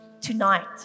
tonight